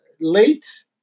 late